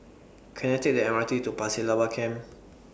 Can I Take The M R T to Pasir Laba Camp